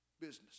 business